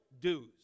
dues